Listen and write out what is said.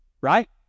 right